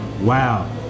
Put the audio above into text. wow